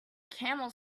camel